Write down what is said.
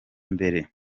mbere